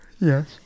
Yes